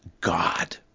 God